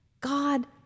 God